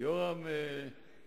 ניצב יורם הלוי.